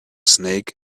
snake